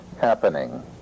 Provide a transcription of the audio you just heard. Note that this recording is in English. Happening